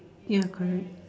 ya correct